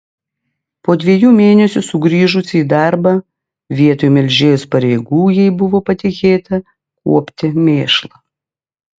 po dviejų mėnesių sugrįžusi į darbą vietoj melžėjos pareigų jai buvo patikėta kuopti mėšlą